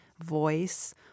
voice